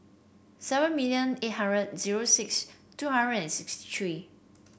seven million eight hundred zero six two hundred and sixty three